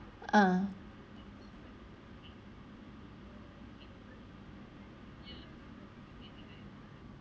ah